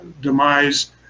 demise